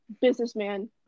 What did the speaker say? businessman